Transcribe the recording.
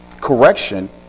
correction